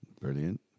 Brilliant